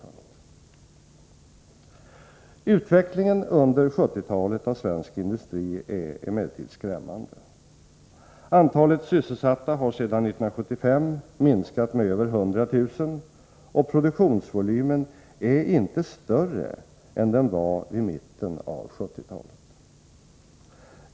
Fredagen den Utvecklingen under 1970-talet av svensk industri är emellertid skrämman 8Bjuni 1984 de. Antalet sysselsatta har sedan 1975 minskat med över 100 000, och produktionsvolymen är inte större än den var vid mitten av 1970-talet.